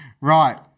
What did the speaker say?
Right